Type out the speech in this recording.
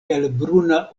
helbruna